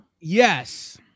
Yes